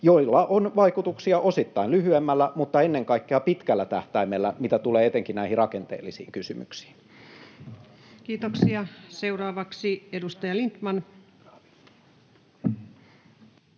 joilla on vaikutuksia osittain lyhyemmällä mutta ennen kaikkea pitkällä tähtäimellä, mitä tulee etenkin näihin rakenteellisiin kysymyksiin. [Speech 10] Speaker: Ensimmäinen